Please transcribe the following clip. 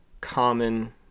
common